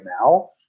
now